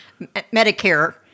Medicare